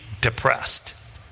depressed